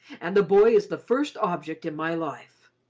and the boy is the first object in my life.